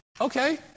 Okay